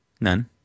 None